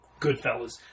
Goodfellas